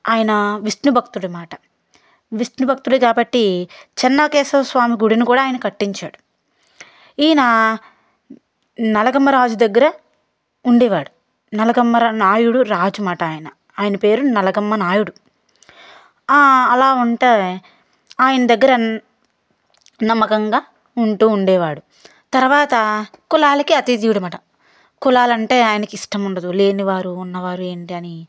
ఆయన విష్ణు భక్తుడనమాట విష్ణు భక్తుడు కాబట్టి చెన్నకేశవ స్వామి గుడిని కూడా ఆయన కట్టించాడు ఈన నలగామ రాజు దగ్గర ఉండేవాడు నలగామ నాయుడు రాజు అనమాట ఆయన పేరు నలగామ నాయుడు అలా ఉంటే ఆయన దగ్గర నమ్మకంగా ఉంటూ ఉండేవాడు తర్వాత కులాలకి అతీతుడు అనమాట కులాలంటే ఆయనకి ఇష్టం ఉండదు లేని వారు ఉన్నవారు ఏంటి అని